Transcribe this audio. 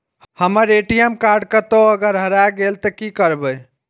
हमर ATM card कतहो अगर हेराय गले ते की करबे?